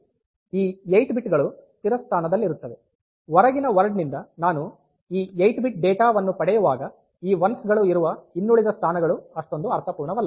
ಆದ್ದರಿಂದ ಹೊರಗಿನ ವರ್ಡ್ ನಿಂದ ನಾನು ಈ 8 ಬಿಟ್ ಡೇಟಾ ವನ್ನು ಪಡೆಯುವಾಗ ಈ ಒಂದುಗಳು ಇರುವ ಇನ್ನುಳಿದ ಸ್ಥಾನಗಳು ಅಷ್ಟೊಂದು ಅರ್ಥಪೂರ್ಣವಲ್ಲ